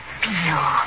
feel